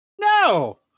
No